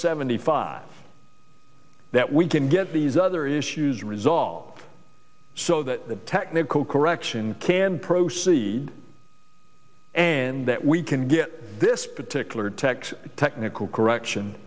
seventy five that we can get these other issues resolved so that the technical correction can proceed and that we can get this particular text technical correction